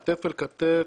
כתף אל כתף,